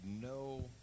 no